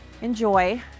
Enjoy